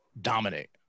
dominate